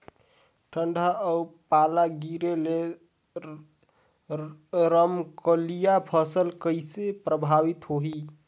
ठंडा अउ पाला गिरे ले रमकलिया फसल कइसे प्रभावित होही?